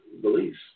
beliefs